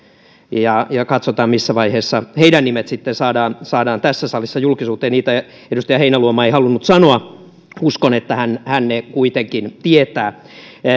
ja ja katsotaan missä vaiheessa sitten heidän nimensä saadaan saadaan tässä salissa julkisuuteen niitä edustaja heinäluoma ei halunnut sanoa uskon että hän hän ne kuitenkin tietää